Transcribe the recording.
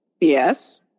Yes